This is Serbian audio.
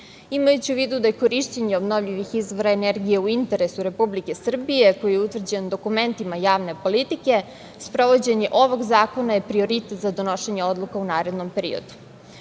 izvora. Imajući u vidu da je korišćenje obnovljivih izvora energije u interesu Republike Srbije, koji je utvrđen dokumentima javne politike, sprovođenje ovog zakona je prioritet za donošenje odluka u narednom